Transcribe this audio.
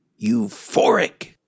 euphoric